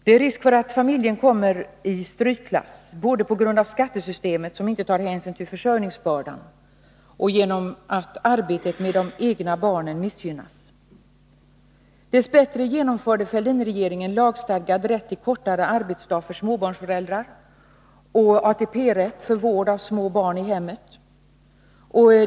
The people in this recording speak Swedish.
Det finns en risk att sådana familjer hamnar i strykklass, både på grund av skattesystemet som inte tar hänsyn till försörjningsbördan och genom att arbetet med de egna barnen missgynnas. Här måste jag framhålla att Fälldinregeringen, dess bättre, genomförde lagstadgad rätt till kortare arbetsdag för småbarnsföräldrar och rätt till ATP för vård av små barn i hemmet.